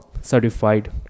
Certified